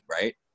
right